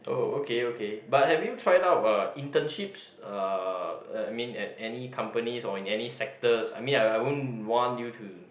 oh okay okay but have you tried out uh internships uh I mean at any companies or in any sectors I mean I I won't want you to